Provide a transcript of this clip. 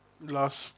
Last